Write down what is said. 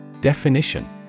Definition